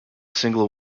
single